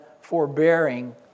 forbearing